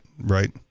right